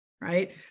right